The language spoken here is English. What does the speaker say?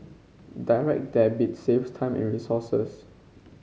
Direct Debit saves time and resources